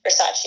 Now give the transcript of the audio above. Versace